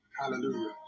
Hallelujah